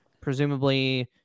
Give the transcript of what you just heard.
presumably